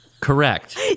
Correct